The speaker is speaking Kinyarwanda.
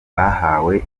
bahawe